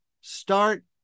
start